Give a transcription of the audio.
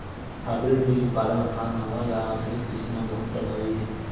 hybrid बीज उत्पादन हा नवा या आधुनिक कृषि मा बहुत प्रभावी हे